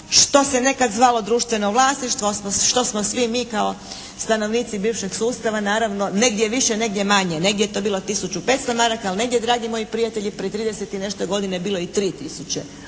što se nekad zvalo društveno vlasništvo, odnosno što smo svi mi kao stanovnici bivšeg sustava naravno negdje više negdje manje, negdje je to bilo tisuću 500 maraka, ali negdje dragi moji prijatelji prije 30 i nešto godina je bilo i 3 tisuće